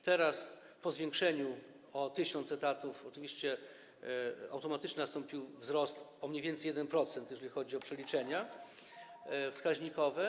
Teraz po zwiększeniu o 1 tys. etatów oczywiście automatycznie nastąpił wzrost o mniej więcej 1%, jeżeli chodzi o przeliczenia wskaźnikowe.